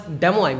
demo